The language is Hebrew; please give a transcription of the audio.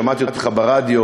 שמעתי אותך ברדיו,